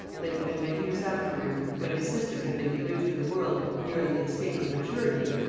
that even many years afterwards, when his system had been produced to the world nearly in a state of maturity,